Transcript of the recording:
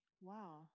Wow